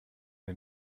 den